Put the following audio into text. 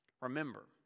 Remember